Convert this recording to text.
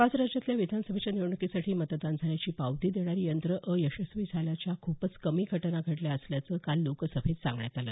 पाच राज्यातल्या विधानसभेच्या निवडणुकीसाठी मतदान झाल्याची पावती देणारी यंत्र अयशस्वी झाल्याच्या खूपच कमी घटना घडल्या असल्याचं काल लोकसभेत सांगण्यात आलं